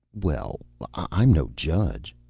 well i'm no judge.